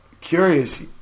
curious